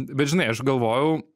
bet žinai aš galvojau